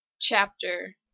chapter